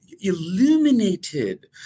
illuminated